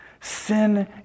Sin